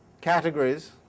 categories